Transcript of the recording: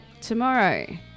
Tomorrow